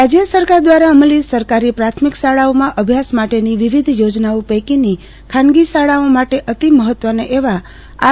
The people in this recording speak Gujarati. ઈ એકટ રાજ્ય સરકાર દ્વારા અમલી સરકારી પ્રાથમિક શાળાઓમાં અભ્યાસ માટેની વિવિધ યોજનાઓ પૈકીની ખાનગી શાળાઓ માટે અતિ મહત્વનાં એવા આર